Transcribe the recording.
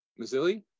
Mazzilli